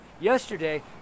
yesterday